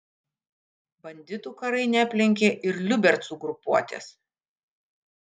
banditų karai neaplenkė ir liubercų grupuotės